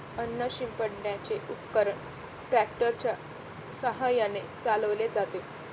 अन्न शिंपडण्याचे उपकरण ट्रॅक्टर च्या साहाय्याने चालवले जाते